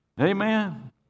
amen